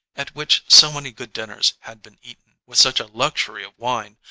at which so many good dinners had been eaten, with such a luxury of wine,